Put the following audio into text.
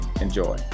Enjoy